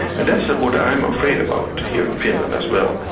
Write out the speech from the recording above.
and that's what what i'm afraid about here in finland, as well.